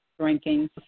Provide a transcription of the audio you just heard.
drinking